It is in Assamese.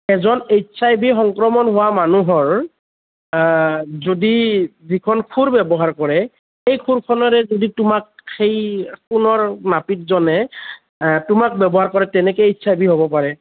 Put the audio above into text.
এজন এইচ আই ভি সংক্ৰমণ হোৱা মানুহৰ যদি যিখন খুৰ ব্যৱহাৰ কৰে এই খুৰখনেৰে যদি তোমাক সেই চেলুনৰ নাপিতজনে তোমাক ব্যৱহাৰ কৰে তেনেকে এইচ আই ভি হ'ব পাৰে